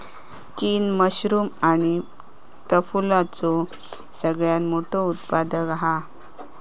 चीन मशरूम आणि टुफलाचो सगळ्यात मोठो उत्पादक हा